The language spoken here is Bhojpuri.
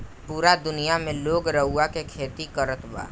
पूरा दुनिया में लोग रुआ के खेती करत बा